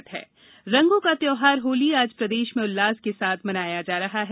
होली रंगों का त्यौहार होली आज प्रदेश में उल्लास के साथ मनाया जा रहा है